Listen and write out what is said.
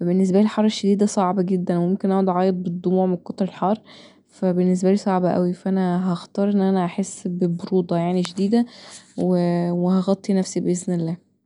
فبالنسبالي الحر الشديد دا صعب جدا وممكن اقعد اعيط بالدموع من كتر الحر فبالنسبالي صعب اوي فأنا هختار ان انا احس ببروده يعني شديده وهغطي نفسي بإذن الله